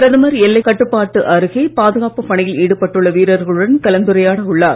பிரதமர் எல்லைக்கட்டுப்பாட்டு அருகே பாதுகாப்புப் பணியில் ஈடுபட்டுள்ள வீரர்களுடன் கலந்துரையாட உள்ளார்